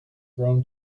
grown